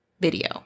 video